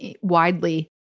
widely